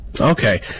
okay